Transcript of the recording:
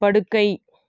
படுக்கை